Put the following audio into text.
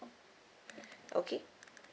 okay